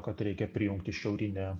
kad reikia prijungti šiaurinę